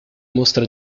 mostra